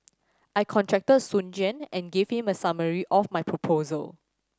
I contacted Soon Juan and gave him a summary of my proposal